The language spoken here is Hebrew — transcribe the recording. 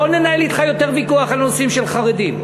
לא ננהל אתך יותר ויכוח על נושאים של חרדים.